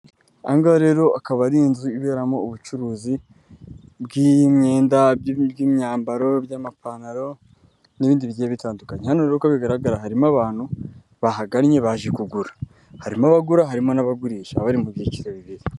Aha ngaha rero akaba ari inzu iberamo ubucuruzi bw'imyenda, bw'imyambaro y'amapantaro, n'ibindi bigiye bitandukanye, uko bigaragara harimo abantu bahagannye baje kugura harimo abagura harimo n'abagurisha, bakaba bari mu byiciro bibiri.